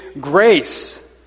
grace